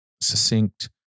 succinct